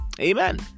Amen